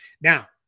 Now